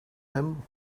him